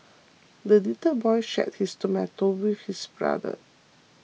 the little boy shared his tomato with his brother